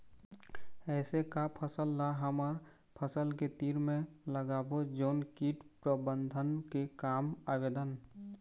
ऐसे का फसल ला हमर फसल के तीर मे लगाबो जोन कीट प्रबंधन के काम आवेदन?